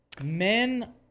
men